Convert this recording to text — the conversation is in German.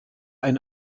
ein